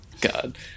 God